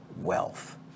wealth